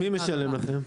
מי משלם לכם?